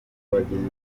bagenzi